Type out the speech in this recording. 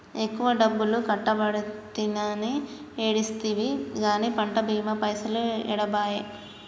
ఎక్కువ డబ్బులు కట్టబడితినని ఏడిస్తివి గాని పంట బీమా పైసలు ఏడబాయే